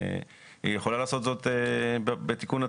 היא יכולה לעשות זאת בתיקון הצו.